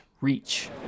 reach